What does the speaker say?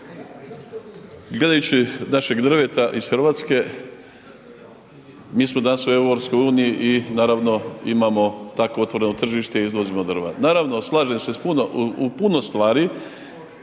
gledajući našeg drveta iz Hrvatske mi smo danas u EU i naravno imamo takvo otvoreno tržište i izvozimo drva. Naravno slažem se s puno,